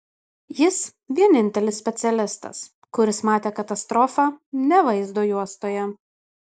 jis vienintelis specialistas kuris matė katastrofą ne vaizdo juostoje